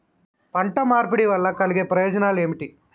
పంట మార్పిడి వల్ల కలిగే ప్రయోజనాలు ఏమిటి?